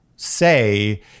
say